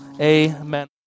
Amen